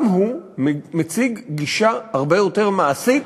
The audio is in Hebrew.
גם הוא מציג גישה הרבה יותר מעשית